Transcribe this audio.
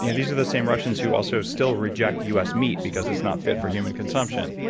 you know these are the same russians who also still reject u s. meat because it's not fit for human consumption,